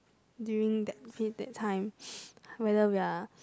during that ph~ that time whether we are